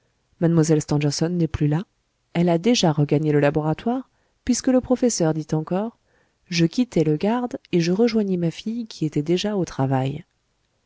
mlle stangerson n'est plus là elle a déjà gagné le laboratoire puisque le professeur dit encore je quittai le garde et je rejoignis ma fille qui était déjà au travail